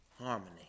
harmony